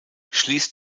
schließt